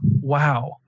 wow